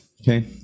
Okay